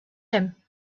him